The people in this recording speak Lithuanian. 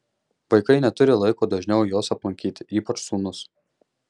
vaikai neturi laiko dažniau jos aplankyti ypač sūnus